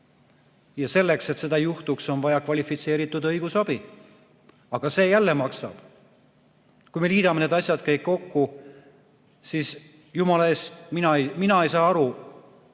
Selleks, et seda ei juhtuks, on vaja kvalifitseeritud õigusabi. Aga see jälle maksab. Kui me liidame need asjad kõik kokku, siis jumala eest, mina ei saa aru,